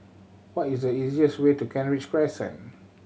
what is the easiest way to Kent Ridge Crescent